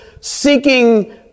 seeking